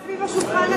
סביב השולחן הזה,